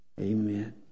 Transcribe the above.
Amen